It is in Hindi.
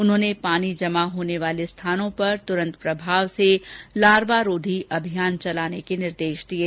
उन्होंने पानी जमा होने वाले स्थानों पर तुरंत प्रभाव से लार्वारोधी अभियान चलाने के निर्देश दिये